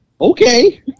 Okay